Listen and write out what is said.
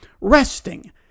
resting